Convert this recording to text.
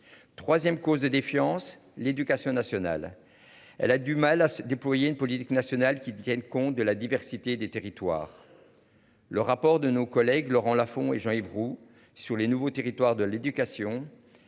3ème cause de défiance l'éducation nationale. Elle a du mal à se déployer une politique nationale qui tiennent compte de la diversité des territoires. Le rapport de nos collègues Laurent Lafon et Jean-Yves Roux sur les nouveaux territoires de l'éducation.